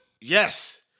Yes